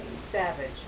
Savage